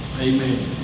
amen